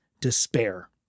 despair